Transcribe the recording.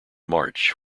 march